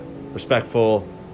respectful